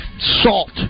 salt